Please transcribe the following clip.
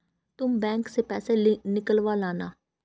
तुम बैंक से पैसे निकलवा लाना